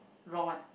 raw one